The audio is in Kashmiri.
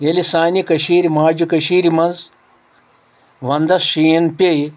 ییٚلہِ سانہِ کٔشیٖرٕ ماجہِ کٔشیٖرِ منٛز ونٛدس شیٖن پیٚیہِ